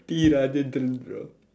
T rajendar